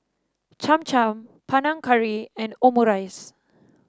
Cham Cham Panang Curry and Omurice